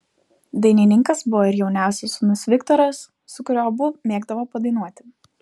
dainininkas buvo ir jauniausias sūnus viktoras su kuriuo abu mėgdavo padainuoti